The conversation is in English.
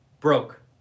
Broke